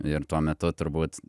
ir tuo metu turbūt